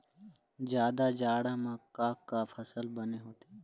जादा जाड़ा म का का फसल बने होथे?